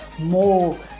more